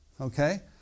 Okay